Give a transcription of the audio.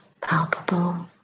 palpable